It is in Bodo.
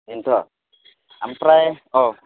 बेनोथ' ओमफ्राय औ